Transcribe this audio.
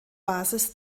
basis